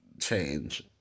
change